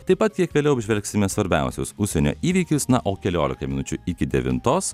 taip pat kiek vėliau apžvelgsime svarbiausius užsienio įvykius na o keliolika minučių iki devintos